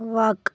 وق